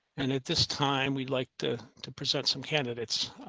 and at this time we'd like to to present some candidates.